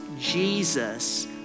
Jesus